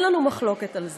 אין לנו מחלוקת על זה.